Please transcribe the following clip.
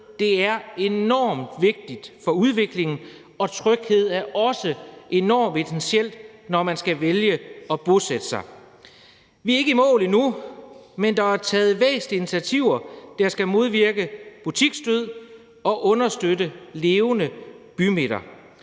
er enormt vigtigt for udviklingen, og tryghed er også enormt essentielt, når man skal vælge at bosætte sig. Vi er ikke i mål endnu, men der er taget væsentlige initiativer, der skal modvirke butiksdød og understøtte levende bymidter.